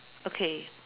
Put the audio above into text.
okay